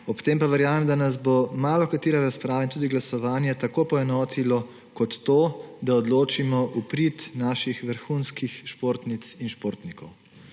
Ob tem pa verjamem, da nas bo malokatera razprava in tudi glasovanje tako poenotilo kot to, da odločimo v prid naših vrhunskih športnic in športnikov.